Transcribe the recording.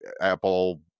Apple